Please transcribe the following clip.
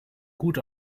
gut